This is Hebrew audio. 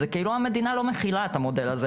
זה כאילו המדינה לא מכילה את המודל הזה.